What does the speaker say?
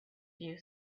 you